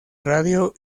radio